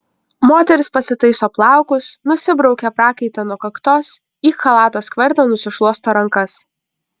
moteris pasitaiso plaukus nusibraukia prakaitą nuo kaktos į chalato skverną nusišluosto rankas